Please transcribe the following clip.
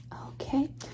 Okay